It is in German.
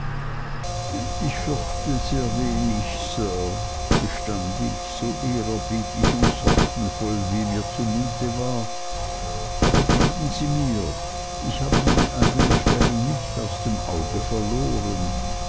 ich fürchte sehr wenig sir gestand ich so ehrerbietig und sorgenvoll wie mir zumute war aber glauben sie mir ich habe meine eigne stellung nicht aus dem auge verloren